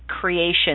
creation